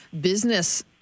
business